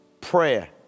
Prayer